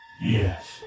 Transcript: Yes